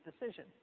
decision